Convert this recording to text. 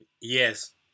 Yes